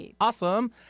Awesome